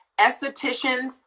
estheticians